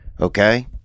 Okay